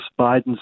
Biden's